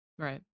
Right